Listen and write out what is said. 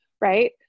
right